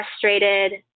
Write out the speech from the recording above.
frustrated